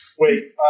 Wait